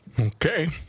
Okay